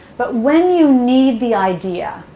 but when you need the idea,